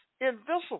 invisible